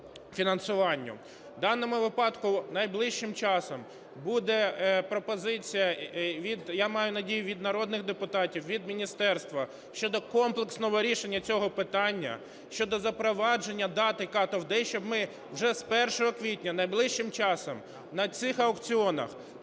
В даному випадку найближчим часом буде пропозиція від, я маю надію, від народних депутатів, від міністерства щодо комплексного рішення цього питання щодо запровадження дати cut-off date, щоб ми вже з 1 квітня найближчим часом на цих аукціонах